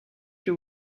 you